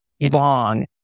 long